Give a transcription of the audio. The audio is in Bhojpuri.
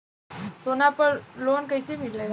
सोना पर लो न कइसे मिलेला?